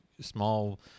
small